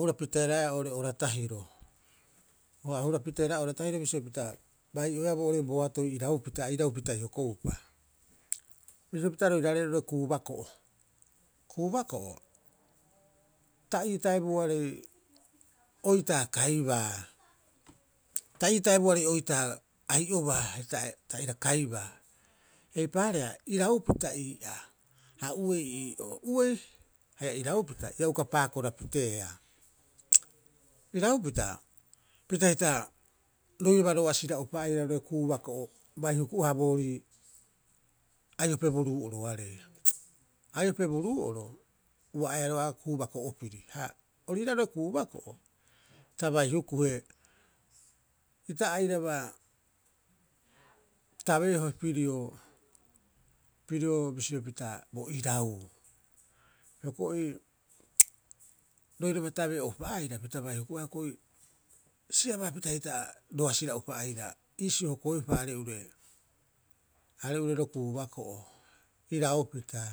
hura piteeraeaa oo'ore ora tahiro a hura piteeraea oo'ore ora tahiro, bisio pita bai'oeaa boo'ore boatoi a irapita, a irapitai hokoupa. Bisio pita roiraarei roo'ore kuubako'o. Kuubako'o, ta ii taibuoarei oitaa kaibaa, ta ii taibuoarei oitaa ai'obaa, ta aira kaibaa. Eipaareha iraupita ii'aa, ha uei ii'oo. Uei haia iraupita ia uka paakorapiteea. Iraupita pita hita roiraba roasira'upa aira roo'ore kuubako'o bai huku'aha boorii aiope bo ruu'oroarei. Aiope bo ruu'oro, ua aeaa roga'a kuubako'o piri, ha ori iiraa roo'ora kuubako'o ta bai hukuhe ita airaba tabeohe pirio pirio bisio pita bo irau. Hioko'i roiraba tabea'upa aira, pita bai huku'aha hioko'i, siabaapita hita roasira'upa aira iisio hokoeupa are'ure, are'ure ro kuubako'o iraupita.